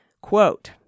Quote